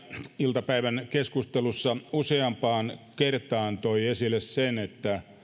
iltapäivän keskustelussa useampaan kertaan toi esille sen että